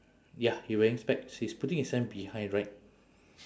ya he wearing specs he's putting his hand behind right